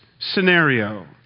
scenario